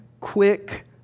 quick